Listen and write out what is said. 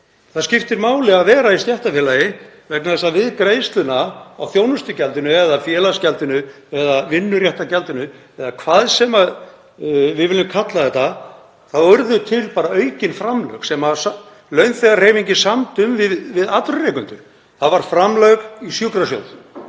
Það skiptir máli að vera í stéttarfélagi vegna þess að við greiðsluna á þjónustugjaldinu, eða félagsgjaldinu eða vinnuréttargjaldinu eða hvað sem við viljum kalla þetta, urðu til aukin framlög sem launþegahreyfingin samdi um við atvinnurekendur. Það var 1% framlag í sjúkrasjóð,